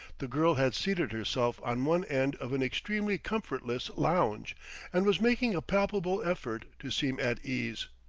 the girl had seated herself on one end of an extremely comfortless lounge and was making a palpable effort to seem at ease.